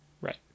Right